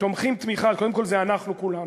תומכים תמיכה, קודם כול, זה אנחנו כולנו,